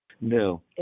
No